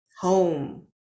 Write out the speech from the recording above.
home